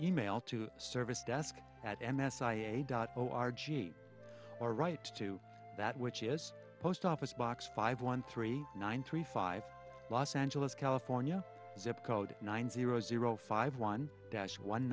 e mail to service desk at m s i e dot o r gene or right to that which is post office box five one three nine three five los angeles california zip code nine zero zero five one dash one